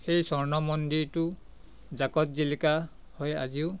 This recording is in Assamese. সেই স্বৰ্ণমন্দিৰটো জাকত জিলিকা হৈ আজিও